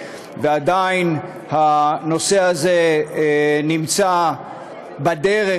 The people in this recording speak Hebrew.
ועדיין הנושא הזה נמצא בדרך,